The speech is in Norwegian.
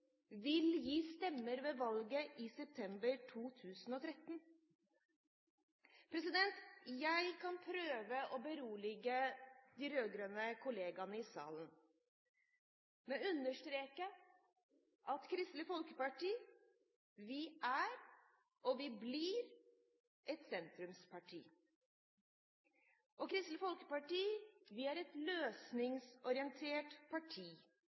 vil gi stemmer ved valget i september 2013. Jeg skal prøve å berolige de rød-grønne kollegaene i salen med å understreke at Kristelig Folkeparti er og blir et sentrumsparti. Kristelig Folkeparti er et løsningsorientert parti.